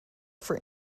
for